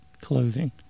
clothing